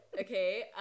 okay